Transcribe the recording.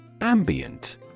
Ambient